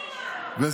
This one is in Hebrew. חבר הכנסת קריב,